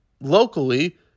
locally